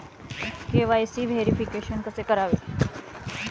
KYC verification कसे करावे?